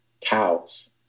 cows